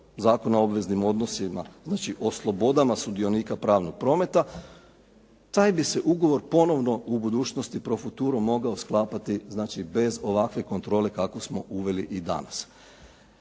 Zakona o obveznim odnosima, znači o slobodama sudionika pravnog prometa, taj bi se ugovor ponovno u budućnosti pro futuro mogao sklapati znači bez ovakve kontrole kakvu smo uveli i danas.